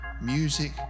music